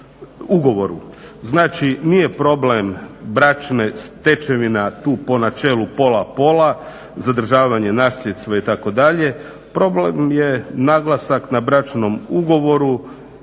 ugovoru. Znači nije problem bračna stečevina tu po načelu pola-pola, zadržavanje nasljedstva itd., problem je naglasak na bračnom ugovoru,